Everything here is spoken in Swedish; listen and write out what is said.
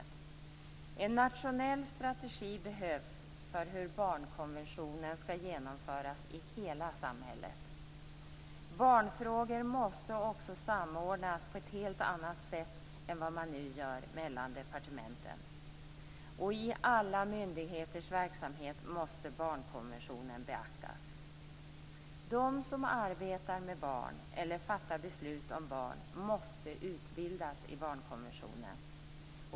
Det behövs en nationell strategi för hur barnkonventionen skall genomföras i hela samhället. Barnfrågor måste också samordnas på ett helt annat sätt än vad som nu sker mellan departementen, och barnkonventionen måste beaktas i alla myndigheters verksamhet. De som arbetar med barn eller fattar beslut om barn måste utbildas i barnkonventionen.